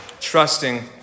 trusting